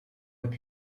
heb